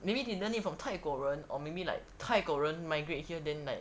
maybe they learned it from 泰国人 or maybe like 泰国人 migrate here then like